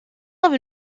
have